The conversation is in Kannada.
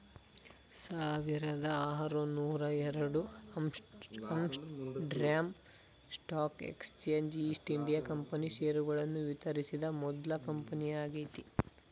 ಸಾವಿರದಆರುನೂರುಎರಡು Amsterdam stock exchange East India company ಷೇರುಗಳನ್ನು ವಿತರಿಸಿದ ಮೊದ್ಲ ಕಂಪನಿಯಾಗೈತೆ